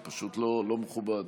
זה פשוט לא מכובד.